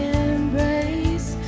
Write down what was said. embrace